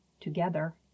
together